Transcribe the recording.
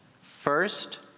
First